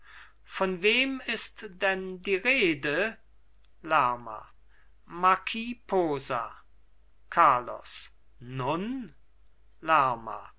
von wem ist denn die rede lerma marquis posa carlos nun lerma